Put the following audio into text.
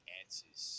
answers